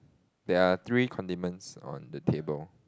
there are three condiments on the table